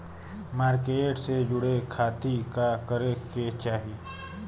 Market से जुड़े खाती का करे के चाही?